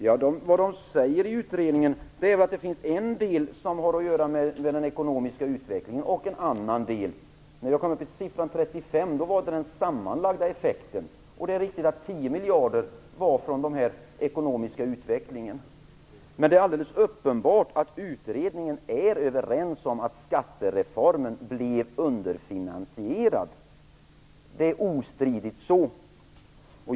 Fru talman! Vad man säger i utredningen är att det finns en del som har att göra med den ekonomiska utvecklingen och att det finns en annan del. Siffran 35 miljarder gäller den sammanlagda effekten. Det är riktigt att 10 miljarder beror på den ekonomiska utvecklingen. Men det är alldeles uppenbart att utredningen är överens om att skattereformen blir underfinansierad. Det är ostridigt så.